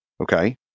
Okay